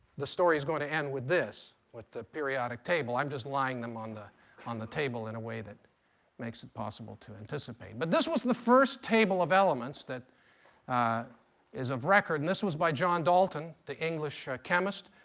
story is going to end with this, with the periodic table. i'm just lying them on the on the table in a way that makes it possible to anticipate. but this was the first table of elements that is of record, and this was by john dalton, the english chemist,